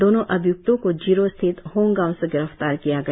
दोनों अभिय्क्तों को जीरो स्थित होंग गांव से गिरफ्तार किया गया